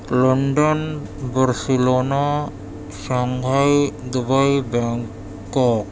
London Barcelona Shanghai Dubai Bangkok